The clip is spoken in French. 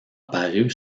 paru